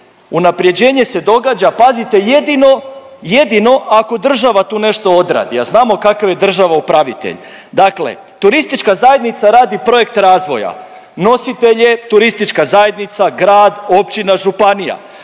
Unaprjeđenje se događa pazite jedino, jedino ako država tu nešto odradi, a znamo kako kakav je država upravitelj. Dakle, turistička zajednica radi projekt razvoja, nositelj je turistička zajednica, grad, općina, županija.